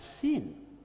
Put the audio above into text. sin